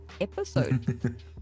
episode